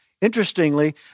Interestingly